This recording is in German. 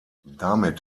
damit